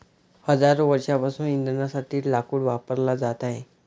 हजारो वर्षांपासून इंधनासाठी लाकूड वापरला जात आहे